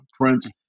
Prince